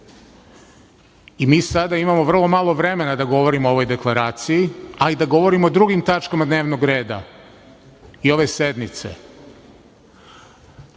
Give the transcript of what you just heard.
i mi sada imamo vrlo malo vremena da govorimo o ovoj deklaraciji, ali i da govorimo o drugim tačkama dnevnog reda iz ove sednice. Ova